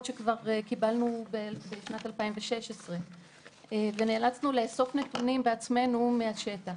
שכבר קיבלנו בשנת 2016. נאלצנו לאסוף נתונים בעצמנו מהשטח.